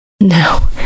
No